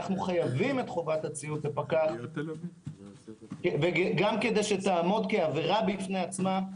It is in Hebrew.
אנו חייבים את חובת הציות לפקח גם כדי שתעמוד כעבירה בפני עצמה.